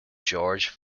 george